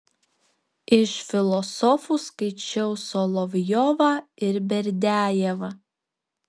iš filosofų skaičiau solovjovą ir berdiajevą